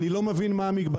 אני לא מבין מה המגבלה.